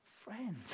friend